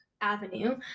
Avenue